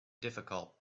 difficult